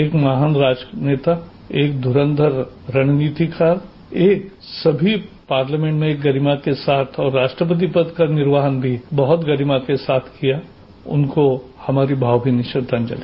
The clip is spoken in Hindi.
एक महान राष्ट्रनेता एक धूरंधर रणनीतिकार एक सभी पार्लियामेंट में गरिमा के साथ और राष्ट्रपति पद का निर्वहन भी बहुत गरिमा के साथ किया उनको हमारी भावभीनी श्रद्वांजलि